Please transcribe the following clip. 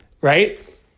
Right